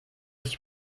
nicht